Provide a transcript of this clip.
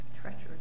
Treacherous